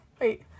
Wait